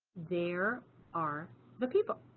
there are the people.